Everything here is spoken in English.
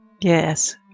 Yes